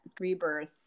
rebirth